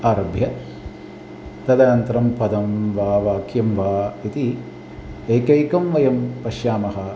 आरभ्य तदनन्तरं पदं वा वाक्यं वा इति एकैकं वयं पश्यामः